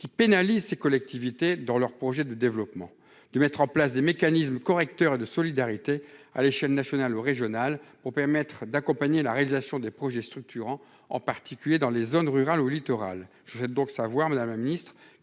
qui pénalise ces collectivités dans leurs projets de développement, de mettre en place des mécanismes correcteurs et de solidarité à l'échelle nationale ou régionale pour permettre d'accompagner la réalisation des projets structurants, en particulier dans les zones rurales ou littorales, je vais donc savoir, Madame la Ministre,